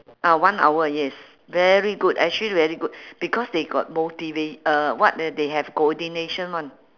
ah one hour yes very good actually very good because they got motiva~ uh what ah they have coordination [one]